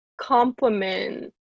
compliment